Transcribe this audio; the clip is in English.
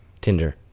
Tinder